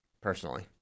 personally